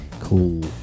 cool